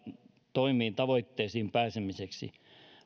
toimiin tavoitteisiin pääsemiseksi